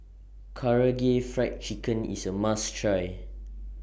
Karaage Fried Chicken IS A must Try